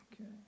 Okay